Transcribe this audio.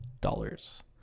dollars